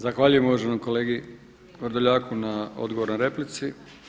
Zahvaljujem uvaženom kolegi Vrdoljaku na odgovoru na replici.